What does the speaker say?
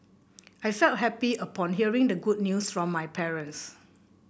I felt happy upon hearing the good news from my parents